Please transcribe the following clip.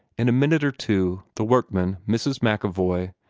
in a minute or two the workmen, mrs. macevoy,